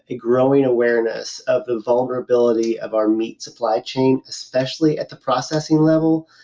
and growing awareness of the vulnerability of our meat supply chain, especially at the processing level.